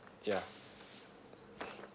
ya